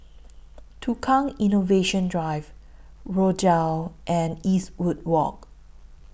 Tukang Innovation Drive Rochdale and Eastwood Walk